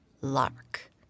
lark